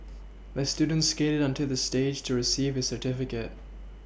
the student skated onto the stage to receive his certificate